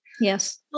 Yes